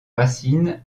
racines